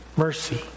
Mercy